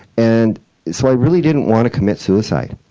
and so i really didn't want to commit suicide.